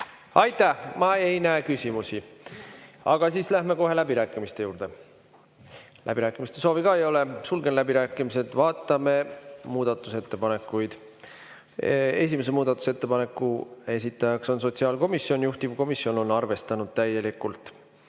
Aitäh! Ma ei näe küsimusi. Aga siis läheme kohe läbirääkimiste juurde. Läbirääkimiste soovi ka ei ole, sulgen läbirääkimised. Vaatame muudatusettepanekuid. Esimese muudatusettepaneku esitaja on sotsiaalkomisjon, juhtivkomisjon on seda arvestanud täielikult.